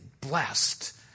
blessed